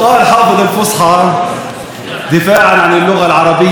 "השירה המזומרת היא הטובה שבשירה,